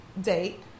date